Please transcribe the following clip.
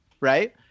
right